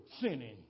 sinning